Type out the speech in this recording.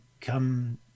come